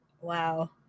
Wow